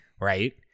right